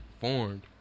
formed